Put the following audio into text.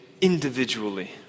individually